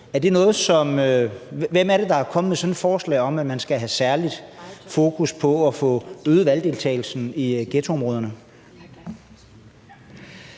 Hvem er det, der er kommet med sådan et forslag om, at man skal have særligt fokus på at få øget valgdeltagelsen i ghettoområderne?